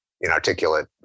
inarticulate